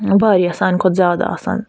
واریاہ سانہِ کھۄتہٕ زیادٕ آسان